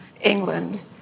England